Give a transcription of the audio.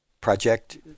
project